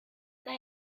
say